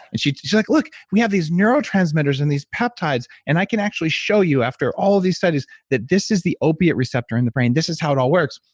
and she's like look, we have these neurotransmitters and these peptides, and i can actually show you after all these studies that this is the opiate receptor in the brain. this is how it all works,